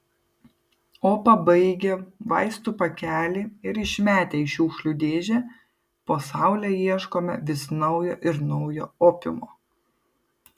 o pabaigę vaistų pakelį ir išmetę į šiukšlių dėžę po saule ieškome vis naujo ir naujo opiumo